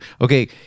okay